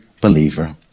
believer